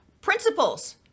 Principles